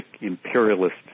imperialist